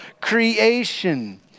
creation